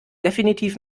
definitiv